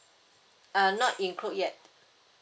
uh not include yet